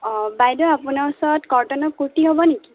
অঁ বাইদেউ আপোনাৰ ওচৰত কটনৰ কূৰ্তি হ'ব নেকি